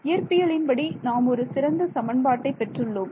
இயற்பியலின் படி நாம் ஒரு சிறந்த சமன்பாட்டை பெற்றுள்ளோம்